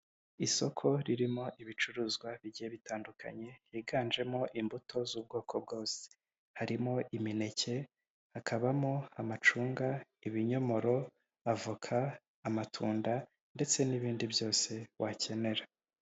Isoko ririmo ibicuruzwa bijyiye bitandukanye yiganjemo imbuto z'ubwoko bwose, harimo imineke, hakabamo amacunga, ibinyomoro, avoka, amatunda, ndetse n'ibindi byose wakenera.